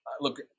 look